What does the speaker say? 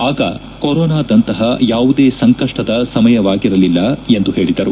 ಆಗ ಕೊರೊನಾದಂತಪ ಯಾವುದೇ ಸಂಕಷ್ಷದ ಸಮಯವಾಗಿರಲಿಲ್ಲ ಎಂದು ಹೇಳಿದರು